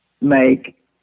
make